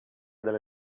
della